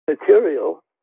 material